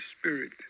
Spirit